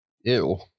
Ew